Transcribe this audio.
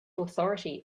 authority